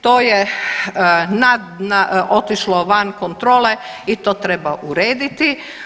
To je otišlo van kontrole i to treba urediti.